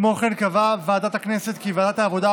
כמו כן קבעה ועדת הכנסת כי ועדת העבודה,